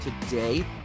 today